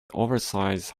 oversize